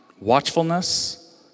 Watchfulness